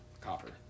Copper